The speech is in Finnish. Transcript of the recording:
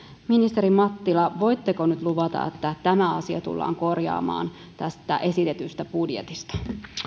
ministeri mattila voitteko nyt luvata että tämä asia tullaan korjaamaan tästä esitetystä budjetista